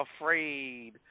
afraid